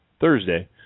Thursday